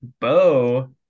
Bo